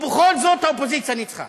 ובכל זאת האופוזיציה ניצחה.